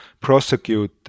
prosecute